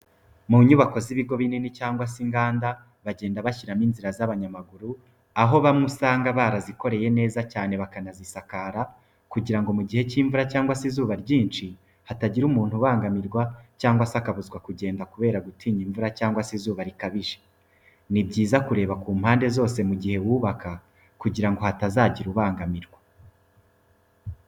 Mu nyubako z'ibigo binini cyangwa se inganda bagenda bashyiramo inzira z'abanyamaguru, aho bamwe usanga barazikoreye neza cyane bakanazisakara kugira ngo mu gihe cy'imvura cyangwa izuba ryinshi hatagira umuntu ubangamirwa cyangwa se akabuzwa kugenda kubera gutinya imvura cyangwa se izuba rikabije. Ni byiza kureba ku mpande zose mu gihe wubaka kugira ngo hatazagira ubangamirwa.